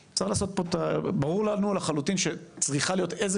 ברור לנו לחלוטין שצריכה להיות איזה